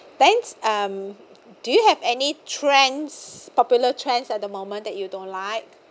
thanks um do you have any trends popular trends at the moment that you don't like